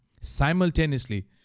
simultaneously